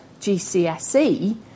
GCSE